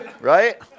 right